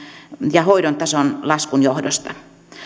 ja hoidon tason laskun johdosta isommaksi kuin varsinaiset säästöt